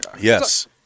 yes